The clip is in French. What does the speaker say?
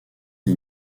des